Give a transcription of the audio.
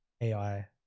AI